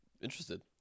interested